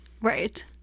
Right